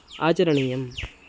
आचरणीयम्